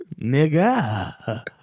nigga